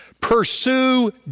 Pursue